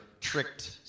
tricked